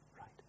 right